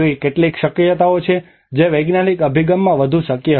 એવી કેટલીક શક્યતાઓ છે જે વૈજ્ઞાનિક અભિગમમાં વધુ શક્ય હતી